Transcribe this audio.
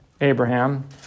Abraham